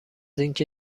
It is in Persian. اینکه